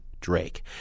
Drake